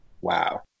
Wow